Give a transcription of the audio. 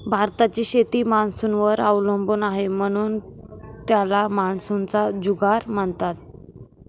भारताची शेती मान्सूनवर अवलंबून आहे, म्हणून त्याला मान्सूनचा जुगार म्हणतात